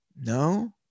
no